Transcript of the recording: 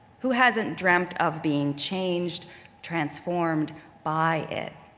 who hasn't dreamt of being changed transformed by it?